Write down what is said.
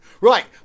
Right